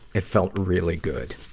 it felt really good.